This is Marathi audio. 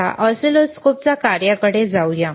आता ऑसिलोस्कोपच्या कार्याकडे जाऊया